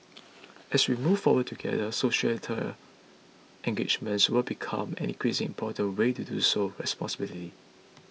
as we move forward together societal engagement will become an increasingly important way to do so responsibly